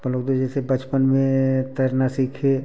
अपन लोग तो जैसे बचपन में तैरना सीखे